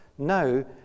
Now